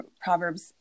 proverbs